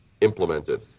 implemented